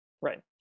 Right